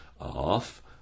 off